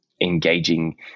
engaging